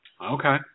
Okay